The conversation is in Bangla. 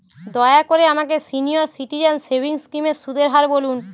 দয়া করে আমাকে সিনিয়র সিটিজেন সেভিংস স্কিমের সুদের হার বলুন